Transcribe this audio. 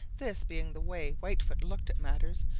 this being the way whitefoot looked at matters,